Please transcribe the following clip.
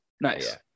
Nice